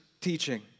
teaching